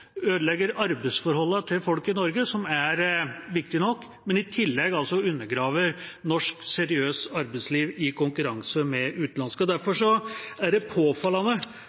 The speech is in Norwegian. ødelegger arbeidsforholdene til folk i Norge, som er viktig nok, men i tillegg også undergraver norsk seriøs arbeidsliv i konkurranse med utenlandsk. Derfor er det påfallende